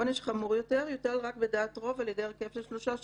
עונש חמור יותר יוטל רק בדעת רוב על ידי הרכב של שלושה שופטים,